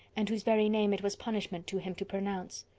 and whose very name it was punishment to him to pronounce.